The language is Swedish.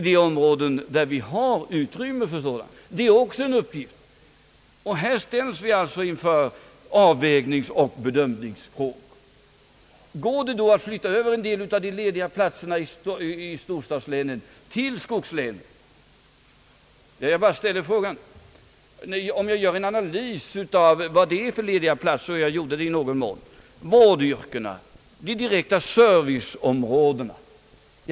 Det är också en uppgift. Här ställs vi alltså inför avvägningsoch bedömningsfrågor. Går det då att flytta över en del av de lediga platserna från storstadslänen till skogslänen? Jag bara ställer frågan. Jag gjorde i någon mån en analys av vad det var för slags platser som var lediga. De fanns inom vårdyrkena och på det direkta serviceområdet.